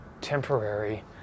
temporary